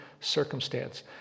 circumstance